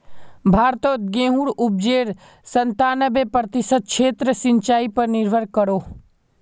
भारतोत गेहुंर उपाजेर संतानबे प्रतिशत क्षेत्र सिंचाई पर निर्भर करोह